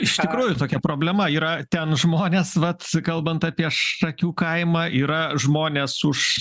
iš tikrųjų tokia problema yra ten žmonės vat kalbant apie šakių kaimą yra žmonės už